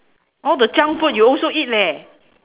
all the junk food you also eat leh